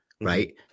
Right